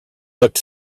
looked